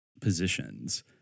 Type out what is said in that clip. positions